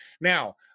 Now